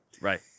Right